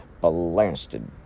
Blasted